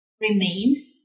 remain